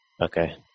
Okay